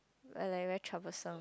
but like very troublesome